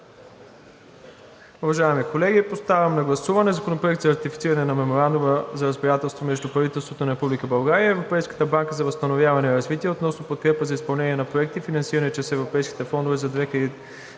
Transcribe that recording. Уважаеми колеги, поставям на гласуване Законопроект за ратифициране на Меморандума за разбирателство между Правителството на Република България и Европейската банка за възстановяване и развитие относно подкрепа за изпълнение на проекти, финансирани чрез Европейските фондове за периода